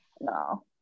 no